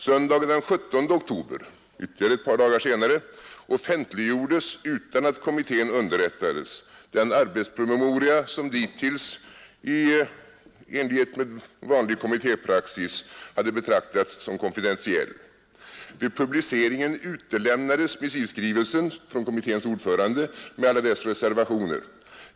Söndagen den 17 oktober, ytterligare ett par dagar senare, offentliggjordes utan att kommittén underrättades den arbetspromemoria som dittills i enlighet med vanlig kommittépraxis hade betraktats som konfidentiell. Vid publiceringen utelämnades missivskrivelsen från kommitténs ordförande med alla dess reservationer.